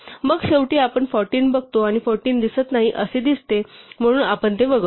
मग शेवटी आपण 14 बघतो आणि 14 दिसत नाही असे दिसते म्हणून आपण ते वगळतो